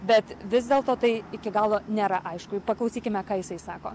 bet vis dėlto tai iki galo nėra aišku paklausykime ką jisai sako